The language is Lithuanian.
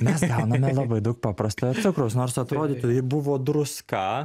mes gauname labai daug paprastojo cukraus nors atrodytų juk buvo druska